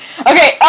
okay